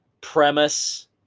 premise